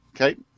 Okay